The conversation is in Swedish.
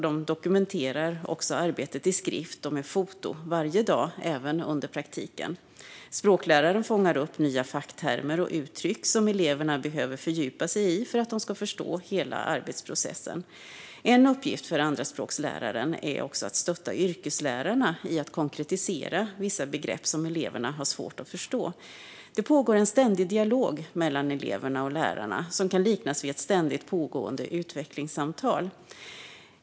De dokumenterar också arbetet i skrift och med foto varje dag, även under praktiken. Språkläraren fångar upp nya facktermer och uttryck som eleverna behöver fördjupa sig i för att de ska förstå hela arbetsprocessen. En uppgift för andraspråksläraren är också att stötta yrkeslärarna i att konkretisera vissa begrepp som eleverna har svårt att förstå. Det pågår en ständig dialog mellan eleverna och lärarna som kan liknas vid ett ständigt pågående utvecklingssamtal.